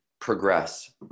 progress